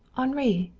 henri!